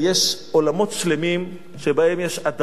יש עולמות שלמים שבהם יש הדרה,